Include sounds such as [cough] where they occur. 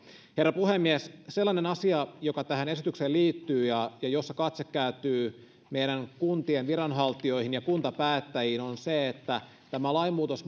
herra puhemies sellainen asia joka tähän esitykseen liittyy ja jossa katse kääntyy meidän kuntien viranhaltijoihin ja kuntapäättäjiin on se että tämä lainmuutos [unintelligible]